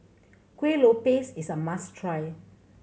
Kueh Lopes is a must try